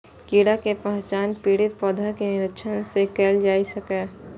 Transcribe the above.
कीड़ा के पहचान पीड़ित पौधा के निरीक्षण सं कैल जा सकैए